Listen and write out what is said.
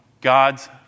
God's